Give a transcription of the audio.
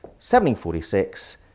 1746